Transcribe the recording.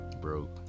broke